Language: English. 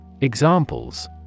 Examples